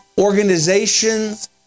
organizations